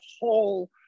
whole